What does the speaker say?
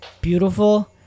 beautiful